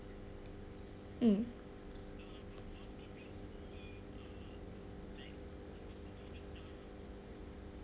mm